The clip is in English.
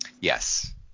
Yes